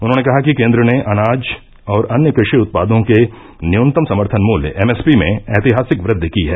उन्होने कहा कि केन्द्र ने अनाज और अन्य कृषि उत्पादों के न्यूनतम समर्थन मूल्य एम एस पी में ऐतिहासिक वृद्धि की है